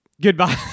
goodbye